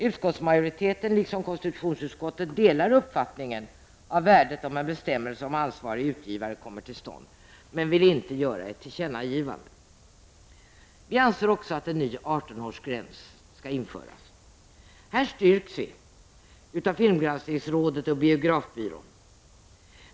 Utskottsmajoriteten, liksom KU, delar uppfattningen om värdet av att en bestämmelse om ansvarig utgivare kommer till stånd men vill inte göra ett tillkännagivande. Vi anser också att en ny 18-årsgräns bör införas. I detta vårt yrkande styrks vi av filmgranskningsrådet och biografbyrån.